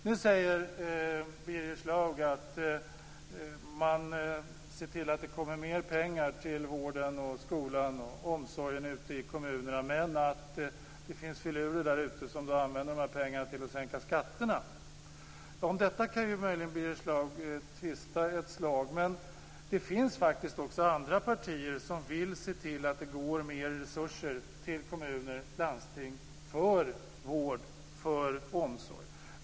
Nu säger Birger Schlaug att man ser till att det kommer mer pengar till vården, skolan och omsorgen ute i kommunerna, men att det där finns filurer som vill använda pengarna till att sänka skatterna. Om detta kan vi möjligen tvista, men det finns faktiskt andra partier som vill se till att det går mer resurser till kommuner och landsting för vård och omsorg.